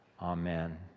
Amen